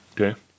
Okay